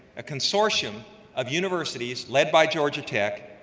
a consortium of universities led by georgia tech,